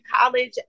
college